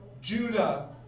Judah